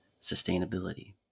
sustainability